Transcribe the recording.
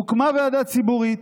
הוקמה ועדה ציבורית.